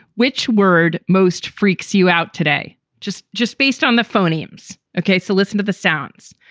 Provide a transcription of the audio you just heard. which word most freaks you out today just just based on the phonemes. ok, so listen to the sounds.